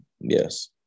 Yes